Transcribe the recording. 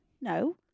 No